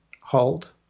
hold